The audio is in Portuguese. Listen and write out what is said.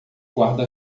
guarda